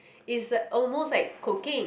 is like almost like cooking